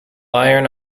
iron